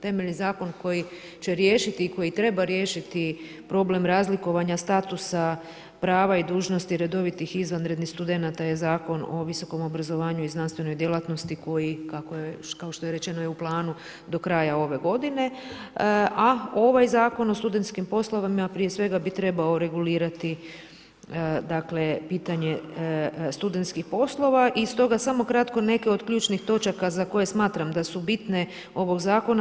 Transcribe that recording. Temeljni zakon koji će riješiti i koji treba riješiti problem razlikovanja statusa prava i dužnosti redovitih i izvanrednih studenata je Zakon o visokom obrazovanju i znanstvenoj djelatnosti koji, kao što je rečeno je u planu do kraja ove godine, a ovaj Zakon o studentskim poslovima prije svega bi trebao regulirati pitanje studentskih poslova i stoga samo kratko neke od ključnih točaka za koje smatram da su bitne ovog zakona.